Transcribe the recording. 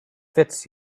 fits